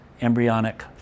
embryonic